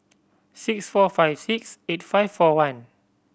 six four five six eight five four one